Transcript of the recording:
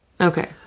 Okay